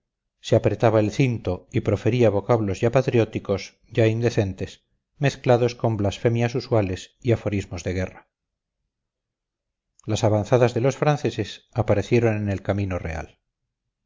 se apretaba el cinto y profería vocablos ya patrióticos ya indecentes mezclados con blasfemias usuales y aforismos de guerra las avanzadas de los franceses aparecieron en el camino real